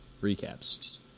Recaps